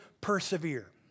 persevere